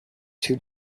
two